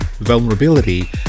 Vulnerability